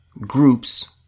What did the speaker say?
groups